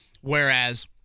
Whereas